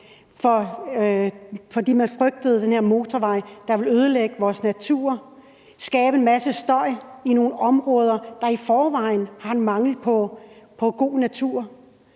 fordi man frygtede den her motorvej, der ville ødelægge vores natur, skabe en masse støj i nogle områder, der i forvejen har en mangel på god natur.